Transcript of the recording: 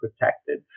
protected